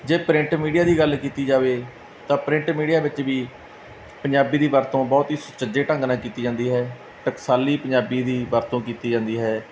ਜੇ print media ਦੀ ਗੱਲ ਕੀਤੀ ਜਾਵੇ ਤਾਂ ਪ੍ਰਿੰਟ ਮੀਡੀਆ ਵਿੱਚ ਵੀ ਪੰਜਾਬੀ ਦੀ ਵਰਤੋਂ ਬਹੁਤ ਹੀ ਸੁਚੱਜੇ ਢੰਗ ਨਾਲ ਕੀਤੀ ਜਾਂਦੀ ਹੈ ਟਕਸਾਲੀ ਪੰਜਾਬੀ ਦੀ ਵਰਤੋਂ ਕੀਤੀ ਜਾਂਦੀ ਹੈ